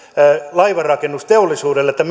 laivanrakennusteollisuudelle että